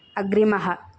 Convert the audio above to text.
अग्रिमः